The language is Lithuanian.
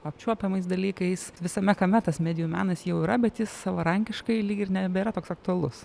apčiuopiamais dalykais visame kame tas medijų menas jau yra bet jis savarankiškai lyg ir nebėra toks aktualus